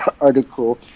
article